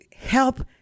help